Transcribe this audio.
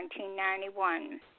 1991